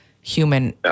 human